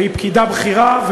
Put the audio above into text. והיא פקידה בכירה,